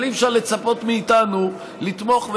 אבל אי-אפשר לצפות מאיתנו לתמוך,